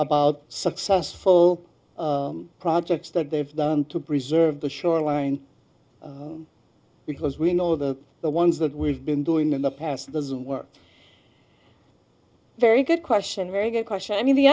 about successful projects that they've done to preserve the shoreline because we know that the ones that we've been doing in the past doesn't work very good question very good question i mean the